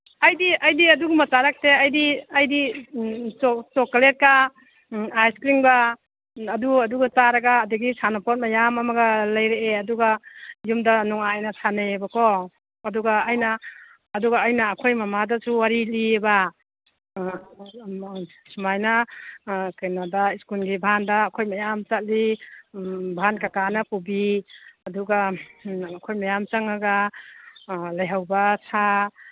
ꯑꯩꯗꯤ ꯑꯩꯗꯤ ꯑꯗꯨꯒꯨꯝꯕ ꯆꯥꯔꯛꯇꯦ ꯑꯩꯗꯤ ꯑꯩꯗꯤ ꯆꯣꯀꯂꯦꯠꯀ ꯑꯥꯏꯁꯀ꯭ꯔꯤꯝꯒ ꯑꯗꯨ ꯑꯗꯨꯒ ꯆꯥꯔꯒ ꯑꯗꯒꯤ ꯁꯥꯅꯄꯣꯠ ꯃꯌꯥꯝ ꯑꯃꯒ ꯂꯩꯔꯛꯑꯦ ꯑꯗꯨꯒ ꯌꯨꯝꯗ ꯅꯨꯡꯉꯥꯏꯅ ꯁꯥꯟꯅꯩꯑꯕꯀꯣ ꯑꯗꯨꯒ ꯑꯩꯅ ꯑꯗꯨꯒ ꯑꯩꯅ ꯑꯩꯈꯣꯏ ꯃꯃꯥꯗꯁꯨ ꯋꯥꯔꯤ ꯂꯤꯑꯕ ꯁꯨꯃꯥꯏꯅ ꯀꯩꯅꯣꯗ ꯁ꯭ꯀꯨꯜꯒꯤ ꯚꯥꯟꯗ ꯑꯩꯈꯣꯏ ꯃꯌꯥꯝ ꯆꯠꯂꯤ ꯚꯥꯟ ꯀꯀꯥꯅ ꯄꯨꯕꯤ ꯑꯗꯨꯒ ꯑꯩꯈꯣꯏ ꯃꯌꯥꯝ ꯆꯪꯉꯒ ꯂꯩꯍꯧꯕ ꯁꯥ